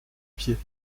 pieds